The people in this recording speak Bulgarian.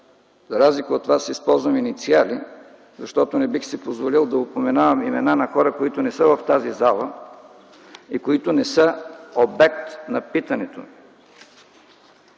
За разлика от Вас използвам инициали, защото не бих си позволил да упоменавам имена на хора, които не са в тази зала, и които не са обект на питането.